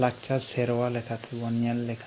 ᱞᱟᱠᱪᱟᱨ ᱥᱮᱨᱣᱟ ᱞᱮᱠᱟᱛᱮᱵᱩᱱ ᱧᱮᱞ ᱞᱮᱠᱷᱟᱱ